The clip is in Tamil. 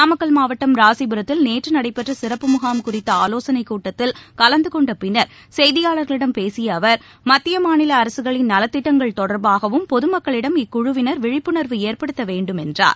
நாமக்கல் மாவட்டம் ராசிபுரத்தில் நேற்றுநடைபெற்றசிறப்பு முகாம் குறித்தஆலோசனைக் கூட்டத்தில் கலந்தகொண்டபின்னர் செய்தியாளர்களிடம் பேசியஅவர் மத்தியமாநிலஅரசுகளின் நலத்திட்டங்கள் தொடர்பாகவும் பொதுமக்களிடம் இக்குழுவினர் விழிப்புணர்வு ஏற்படுத்தவேண்டுமென்றார்